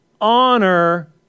Honor